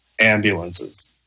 ambulances